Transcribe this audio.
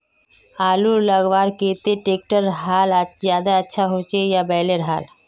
आलूर लगवार केते ट्रैक्टरेर हाल ज्यादा अच्छा होचे या बैलेर हाल?